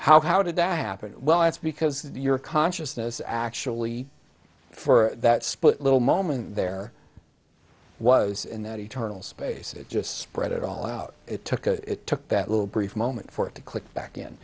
how how did that happen well it's because your consciousness actually for that split little moment there was in that eternal space it just spread it all out it took a it took that little brief moment for it to click back in